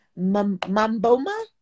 Mamboma